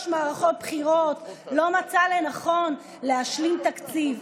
מערכות בחירות לא מצאה לנכון להשלים תקציב.